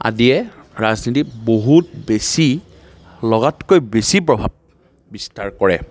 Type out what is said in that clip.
আদিয়ে ৰাজনীতিত বহুত বেছি লগাতকৈ বেছি প্ৰভাৱ বিস্তাৰ কৰে